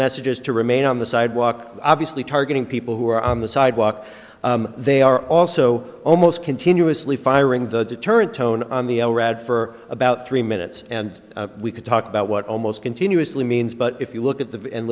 messages to remain on the sidewalk obviously targeting people who are on the sidewalk they are also almost continuously firing the deterrent tone on the rad for about three minutes and we can talk about what almost continuously means but if you look at the end